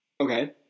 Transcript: Okay